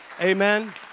Amen